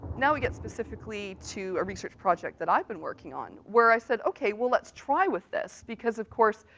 now, we get specifically to a research project that i've been working on, where i said, okay, well, let's try with this, because, of course,